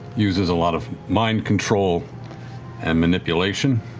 uses a lot of mind control and manipulation.